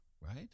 right